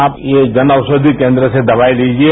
आप ये जन औषधि केन्द्र से दवाईं लिजिए